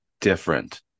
different